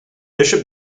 bishop